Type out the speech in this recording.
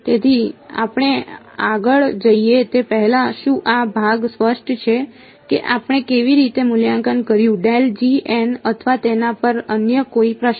તેથી આપણે આગળ જઈએ તે પહેલાં શું આ ભાગ સ્પષ્ટ છે કે આપણે કેવી રીતે મૂલ્યાંકન કર્યું અથવા તેના પર અન્ય કોઈ પ્રશ્નો